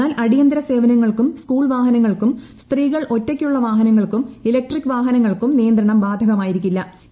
എന്നാൽ അടിയന്തര സേവനങ്ങൾക്കും സ്കൂൾ വാഹനങ്ങൾക്കും സ്ത്രീകൾ ഒറ്റയ്ക്കുള്ള വാഹനങ്ങൾക്കും ഇലക്ട്രിക് വാഹനങ്ങൾക്കും നിയന്ത്രണം ബാധകമായിരിക്കില്ലു